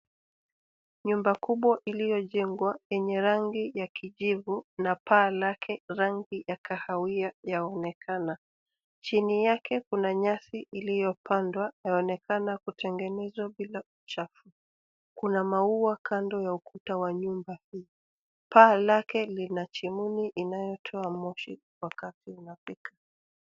Nyumba kubwa iliyojengwa yenye rangi ya kijivu na paa lake rangi ya kahawia yaonekana. Chini yake kuna nyasi iliyopandwa yaonekana kutengenezwa bila uchafu. Kuna maua kando ya ukuta wa nyumba hii. Paa lake lina chimuni inayotoa moshi wakati unapika.